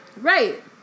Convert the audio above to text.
Right